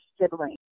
sibling